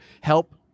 help